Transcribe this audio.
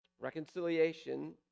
Reconciliation